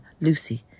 Lucy